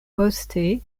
poste